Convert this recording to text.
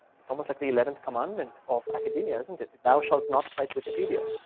it's almost like the eleventh commandment of academia, isn't it? though shalt not cite wikipedia.